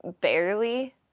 barely